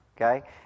Okay